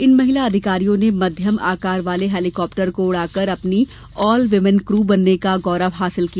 इन महिला अधिकारियों ने मध्यम आकार वाले हेलीकॉप्टर को उड़ाकर पहली ऑल व्मन क्र बनने का गौरव प्राप्त किया